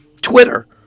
Twitter